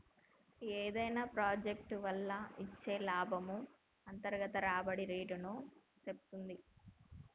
ఏదైనా ప్రాజెక్ట్ వల్ల వచ్చే లాభము అంతర్గత రాబడి రేటుని సేప్తుంది